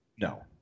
No